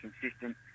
consistent